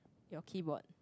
your keyboard